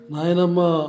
Nainama